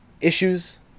issues